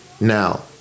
Now